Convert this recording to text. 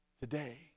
Today